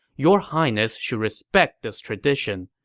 your highness should respect this tradition.